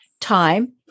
time